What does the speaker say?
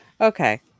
okay